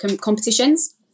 competitions